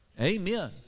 Amen